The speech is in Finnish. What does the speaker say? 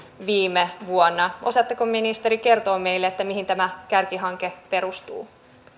viime vuonna osaatteko ministeri kertoa meille mihin tämä kärkihanke perustuu